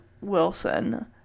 Wilson